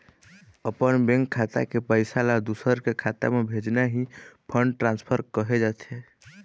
अपन बेंक खाता के पइसा ल दूसर के खाता म भेजना ही फंड ट्रांसफर कहे जाथे